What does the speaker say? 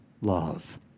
love